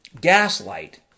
gaslight